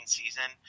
season